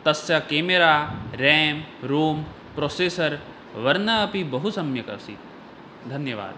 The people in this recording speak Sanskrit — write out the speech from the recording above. तस्य केमेरा रेम् रूम् प्रोसेसर् वर्णः अपि बहु सम्यक् आसीत् धन्यवादः